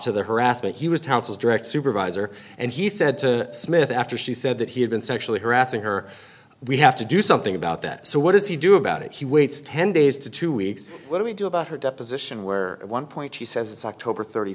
to the harassment he was counseled direct supervisor and he said to smith after she said that he had been sexually harassing her we have to do something about that so what does he do about it he waits ten days to two weeks what do we do about her deposition where at one point she says it's october thirty